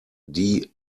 die